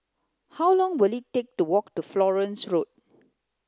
how long will it take to walk to Florence Road